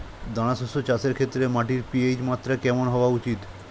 দানা শস্য চাষের ক্ষেত্রে মাটির পি.এইচ মাত্রা কেমন হওয়া উচিৎ?